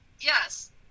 Yes